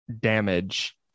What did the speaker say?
damage